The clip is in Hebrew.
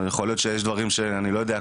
יכול להיות שיש דברים שאני לא יודע.